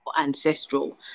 ancestral